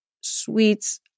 sweets